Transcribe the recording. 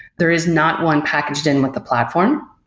there is not one packaged in with the platform.